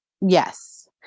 Yes